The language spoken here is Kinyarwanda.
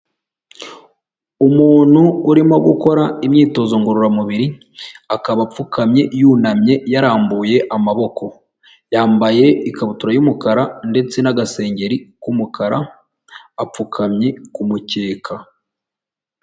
Umuntu urimo gukora imyitozo ngororamubiri, akaba apfukamye yunamye yarambuye amaboko, yambaye ikabutura y'umukara ndetse n'agasengeri k'umukara, apfukamye ku mukeka.